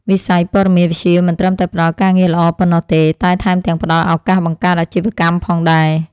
វិស័យព័ត៌មានវិទ្យាមិនត្រឹមតែផ្តល់ការងារល្អប៉ុណ្ណោះទេ តែថែមទាំងផ្តល់ឱកាសបង្កើតអាជីវកម្មផងដែរ។